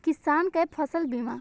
किसान कै फसल बीमा?